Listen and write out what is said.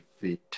fit